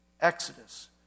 exodus